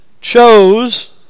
chose